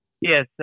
Yes